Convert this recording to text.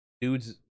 dudes